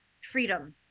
freedom